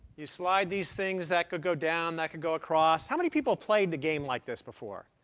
you slide these things. that could go down. that could go across. how many people played a game like this before?